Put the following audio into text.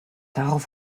darauf